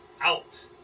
out